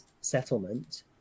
settlement